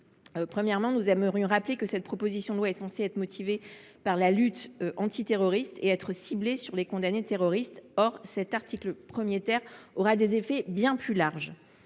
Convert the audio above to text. Premièrement, nous souhaitons rappeler que cette proposition de loi est censée être motivée par la lutte antiterroriste et par conséquent être ciblée sur les condamnés terroristes. Or cet article 1 aurait des effets bien plus larges.